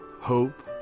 Hope